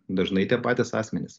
dažnai tie patys asmenys